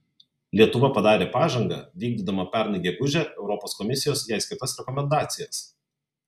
lietuva padarė pažangą vykdydama pernai gegužę europos komisijos jai skirtas rekomendacijas